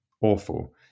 awful